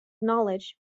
knowledge